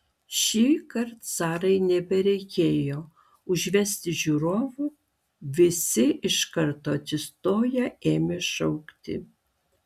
šįkart sarai nebereikėjo užvesti žiūrovų visi iš karto atsistoję ėmė šaukti